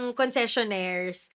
concessionaires